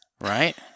right